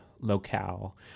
locale